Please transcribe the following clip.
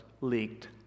leaked